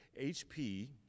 HP